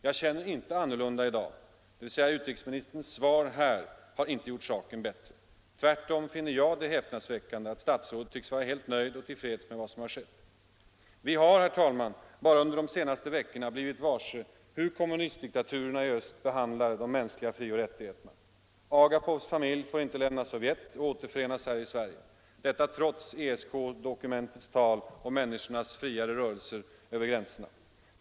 Jag känner inte annorlunda i dag, dvs. utrikesministerns svar här har inte gjort saken bättre. Tvärtom är det häpnadsväckande att statsrådet tycks vara helt nöjd och till freds med vad som har skett. Vi har bara under de senaste veckorna blivit varse hur kommunistdiktaturerna i öst behandlar de mänskliga frioch rättigheterna. Agapovs familj får inte lämna Sovjet och återförenas här i Sverige. Detta trots ESK-dokumentets tal om människornas fria rörelser över gränserna.